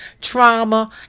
trauma